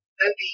movie